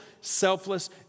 selfless